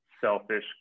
selfish